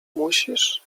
musisz